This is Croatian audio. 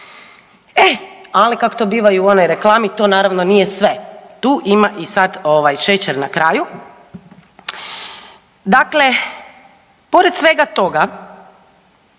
ali kak to biva i u onoj reklami, to naravno, nije sve. Tu ima i sad ovaj, šećer na kraju. Dakle, pored svega toga,